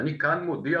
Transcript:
אני כאן מודיע,